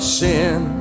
sin